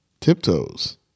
Tiptoes